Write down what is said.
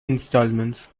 instalments